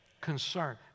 concern